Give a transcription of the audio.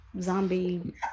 zombie